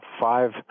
five